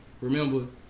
Remember